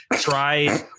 try